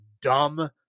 dumb